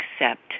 accept